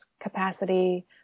capacity